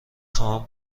خواهم